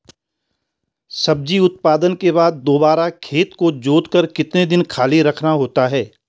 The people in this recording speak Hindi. सब्जी उत्पादन के बाद दोबारा खेत को जोतकर कितने दिन खाली रखना होता है?